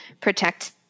protect